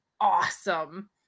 awesome